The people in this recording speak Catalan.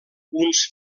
uns